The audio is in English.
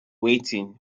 waiting